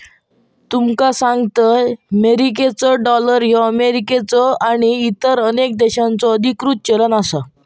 तुका सांगतंय, मेरिकेचो डॉलर ह्यो अमेरिकेचो आणि इतर अनेक देशांचो अधिकृत चलन आसा